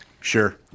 Sure